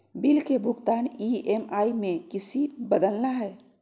Bill के भुगतान EMI में किसी बदलना है?